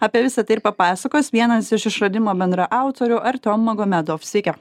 apie visa tai ir papasakos vienas iš išradimo bendraautorių artiom magomedov sveiki